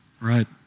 Right